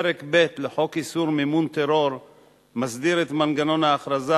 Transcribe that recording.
פרק ב' לחוק איסור מימון טרור מסדיר את מנגנון ההכרזה